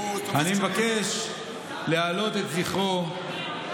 הוא תופס קשרים, אני מבקש להעלות את זכרו של